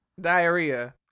diarrhea